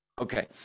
Okay